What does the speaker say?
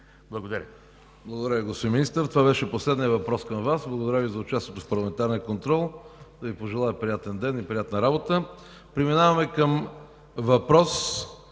Благодаря, господин Министър. Това беше последният въпрос към Вас. Благодаря Ви за участието в парламентарния контрол, да Ви пожелая приятен ден и приятна работа! Преминаваме към въпрос